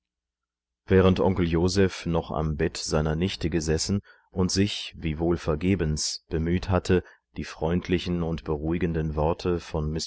während onkel joseph noch am bett seiner nichte gesessen und sich wiewohl vergebens bemüht hatte die freundlichen und beruhigenden worte von